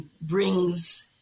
brings